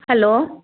hello